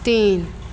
तीन